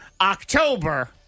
October